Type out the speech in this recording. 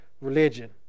religion